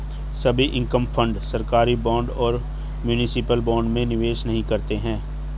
सभी income fund सरकारी bond और म्यूनिसिपल बॉन्ड में निवेश नहीं करते हैं